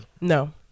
no